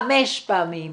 חמש פעמים,